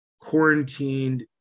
quarantined